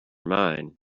mine